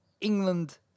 England